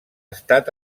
estat